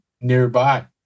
nearby